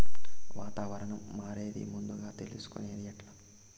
వాతావరణం మారేది ముందుగా తెలుసుకొనేది ఎట్లా?